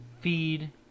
feed